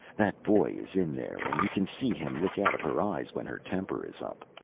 that boy is in there, and you can see him look out of her eyes when her temper is up.